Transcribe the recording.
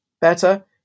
better